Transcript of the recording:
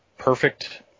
perfect